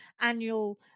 annual